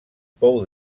pou